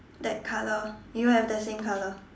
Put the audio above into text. that color you have the same color